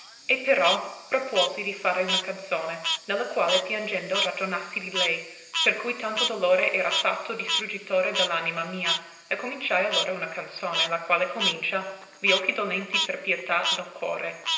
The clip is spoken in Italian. e però propuosi di fare una canzone ne la quale piangendo ragionassi di lei per cui tanto dolore era fatto distruggitore de l'anima mia e cominciai allora una canzone la quale comincia i occhi dolenti per pietà del core